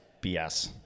BS